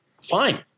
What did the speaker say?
fine